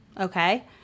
okay